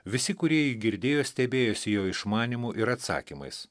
visi kurie jį girdėjo stebėjosi jo išmanymu ir atsakymais